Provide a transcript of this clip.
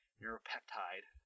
neuropeptide